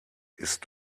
ist